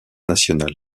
nationale